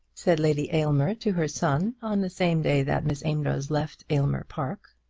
said lady aylmer to her son, on the same day that miss amedroz left aylmer park.